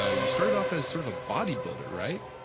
ah you started off as sort of a bodybuilder, right?